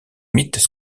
mythes